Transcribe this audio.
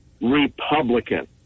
Republican